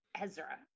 Ezra